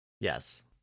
Yes